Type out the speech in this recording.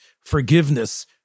forgiveness